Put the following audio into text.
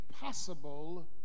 possible